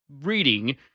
reading